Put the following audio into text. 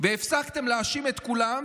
והפסקתם להאשים את כולם,